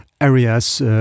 areas